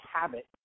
habit